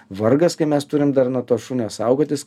vargas kai mes turim dar nuo to šunio saugotis